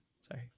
Sorry